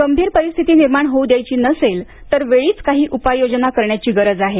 गंभीर परिस्थिती निर्माण होऊ द्यायची नसेल तर वेळीच काही उपाययोजना करण्याची गरज आहे